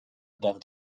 above